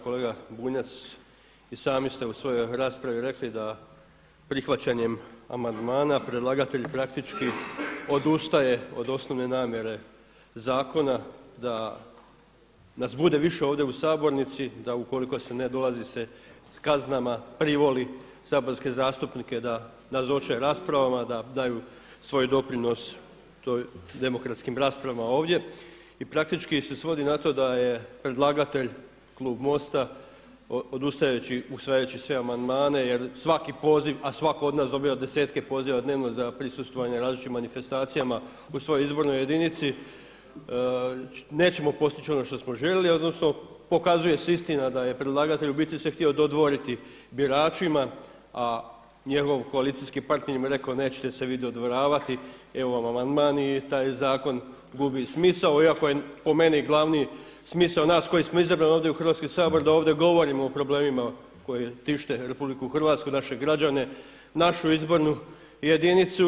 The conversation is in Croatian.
Kolega Bunjac, i sami ste u svojoj raspravi rekli da prihvaćanjem amandmana predlagatelj praktički odustaje od osnovne namjere zakona, da nas bude više ovdje u sabornici, da ukoliko se ne dolazi se s kaznama privoli saborske zastupnike da nazoče raspravama, da daju svoj doprinos demokratskim raspravama ovdje i praktički se svodi na to da je predlagatelj klub MOST-a usvajajući sve amandmane jer svaki poziv, a svako od nas dobiva desetke poziva dnevno za prisustvovanje različitim manifestacijama u svojoj izbornoj jedinici nećemo postići ono što smo željeli odnosno pokazuje se istina da se predlagatelj se u biti htio dodvoriti biračima, a njegov koalicijski partner im rekao nećete se vi dodvoravati, evo vam amandman i taj zakon gubi smisao, iako je po meni glavni smisao nas koji smo izabrani ovdje u Hrvatski sabor da ovdje govorimo o problemima koji tište RH, naše građane, našu izbornu jedinicu.